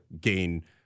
gain